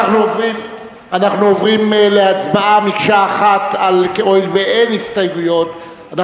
הואיל ואין הסתייגויות,